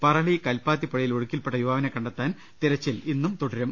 പ്റളി കൽപ്പാത്തി പുഴയിൽ ഒഴുക്കിൽപെട്ട യുവാവിനെ കണ്ടെത്താൻ തിരച്ചിൽ ഇന്നും തുടരും